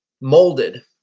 molded